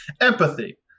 empathy